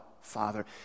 Father